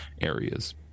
areas